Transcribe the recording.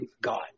God